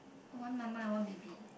one mama and one baby